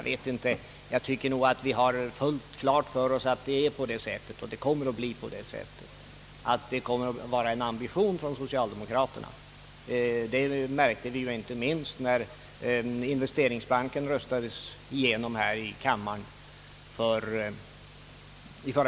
Vi har fullt klart för oss att det är och kommer att vara en ambition från socialdemokraterna att få till stånd en sådan hopklumpning.